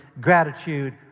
Gratitude